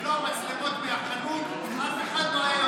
אם לא המצלמות מהחנות, אף אחד לא היה יודע.